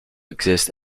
exist